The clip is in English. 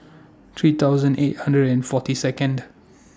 three thousand eight hundred and forty Second